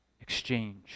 exchange